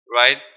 right